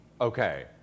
Okay